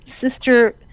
Sister